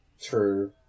true